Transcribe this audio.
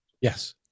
Yes